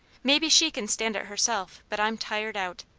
maybe she can stand it herself, but i'm tired out.